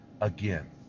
Again